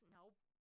Nope